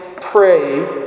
pray